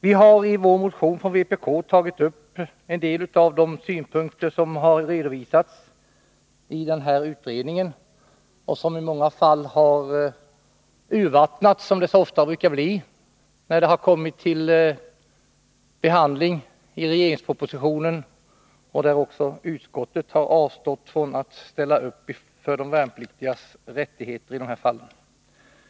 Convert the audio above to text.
Vi har i motionen från vpk tagit upp en del av de synpunkter som redovisats i värnpliktsförmånsutredningens betänkande men som i många fall — som det så ofta brukar bli — har urvattnats när de kommit till behandling i regeringspropositionen. Utskottet har också avstått från att ställa upp för de värnpliktigas rättigheter i detta fall.